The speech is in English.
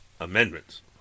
amendments